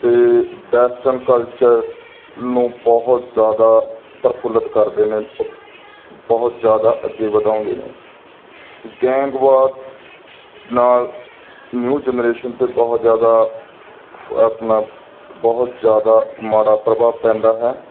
ਅਤੇ western culture ਨੂੰ ਬਹੁਤ ਜ਼ਿਆਦਾ ਪ੍ਰਫੂਲਿਤ ਕਰਦੇ ਨੇ ਬਹੁਤ ਜ਼ਿਆਦਾ ਅੱਗੇ ਵਧਾਉਂਦੇ ਨੇ ਗੈਂਗਵਾਦ ਨਾਲ ਨਿਊ ਜਨਰੇਸ਼ਨ 'ਤੇ ਬਹੁਤ ਜ਼ਿਆਦਾ ਆਪਣਾ ਬਹੁਤ ਜ਼ਿਆਦਾ ਮਾੜਾ ਪ੍ਰਭਾਵ ਪੈਂਦਾ ਹੈ